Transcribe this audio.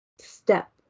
step